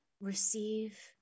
Receive